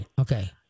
Okay